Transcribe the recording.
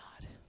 God